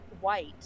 White